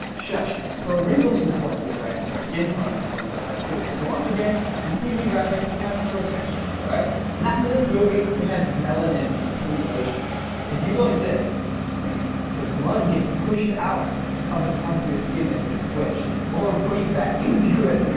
shush. so wrinkles is important to get right but skin tone is important to get right to so once again in cg graphics, you might just throw texture on there right not in this movie. they had melanin simulation if you go like this the blood gets pushed out of the parts of your skin that gets squished or pushed back into it